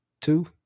Two